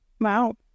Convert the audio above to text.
Wow